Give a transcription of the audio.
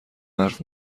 حرف